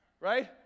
Right